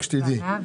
כבר הוכחת.